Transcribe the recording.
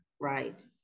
right